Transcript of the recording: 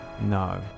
No